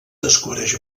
descobreix